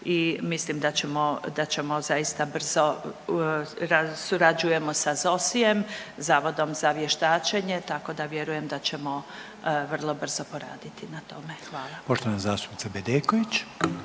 mislim da ćemo zaista brzo surađujemo sa ZOSI-em Zavodom za vještačenje tako da vjerujem da ćemo vrlo brzo poraditi na tome. Hvala. **Reiner, Željko